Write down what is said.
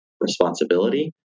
responsibility